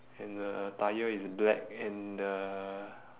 and the tyre is black and the